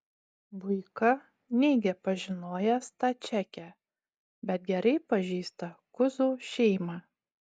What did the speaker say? buika neigia pažinojęs tą čekę bet gerai pažįsta kuzų šeimą